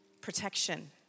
Protection